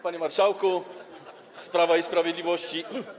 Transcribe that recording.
Panie Marszałku z Prawa i Sprawiedliwości!